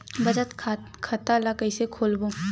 बचत खता ल कइसे खोलबों?